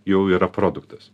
jau yra produktas